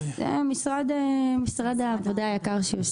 משרד העבודה היקר שיושב פה.